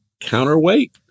counterweight